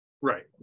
right